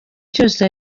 cyose